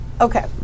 Okay